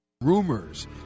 Rumors